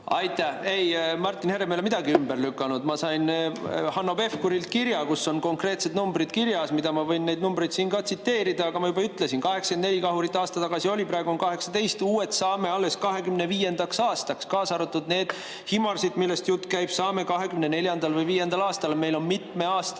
Aitäh! Ei, Martin Herem ei ole midagi ümber lükanud. Ma sain Hanno Pevkurilt kirja, kus on konkreetsed numbrid kirjas, ma võin neid numbreid siin ka tsiteerida. Aga ma juba ütlesin: 84 kahurit oli aasta tagasi, praegu on 18, uued saame alles 2025. aastaks, ka need HIMARS‑id, millest jutt käib, saame 2024. või 2025. aastal. Meil on mitmeaastane